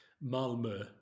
Malmo